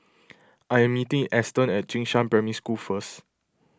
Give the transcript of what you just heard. I am meeting Eston at Jing Shan Primary School first